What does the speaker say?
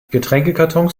getränkekartons